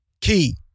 key